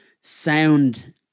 sound